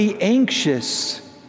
anxious